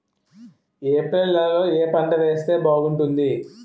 April నెలలో ఏ పంట వేస్తే బాగుంటుంది?